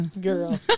Girl